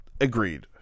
agreed